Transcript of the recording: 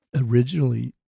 originally